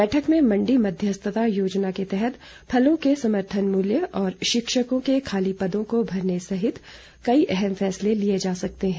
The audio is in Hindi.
बैठक में मंडी मध्यस्थता योजना के तहत फलों के समर्थन मूल्य और शिक्षकों के खाली पदों को भरने सहित कई अहम फैसले लिए जा सकते हैं